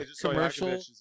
commercial